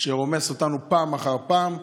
שרומס אותנו פעם אחר פעם,